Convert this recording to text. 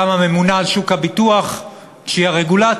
גם הממונה על שוק הביטוח, שהיא הרגולטור.